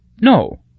No